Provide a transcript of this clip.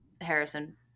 harrison